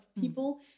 people